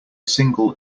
single